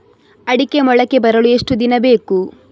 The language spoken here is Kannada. ಅಡಿಕೆ ಮೊಳಕೆ ಬರಲು ಎಷ್ಟು ದಿನ ಬೇಕು?